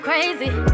Crazy